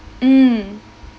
mm